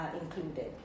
included